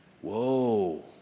Whoa